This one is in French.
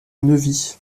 neuvy